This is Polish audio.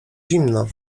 zimna